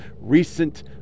recent